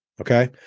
okay